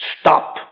Stop